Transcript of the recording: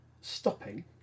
stopping